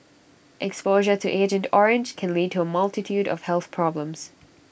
exposure to agent orange can lead to A multitude of health problems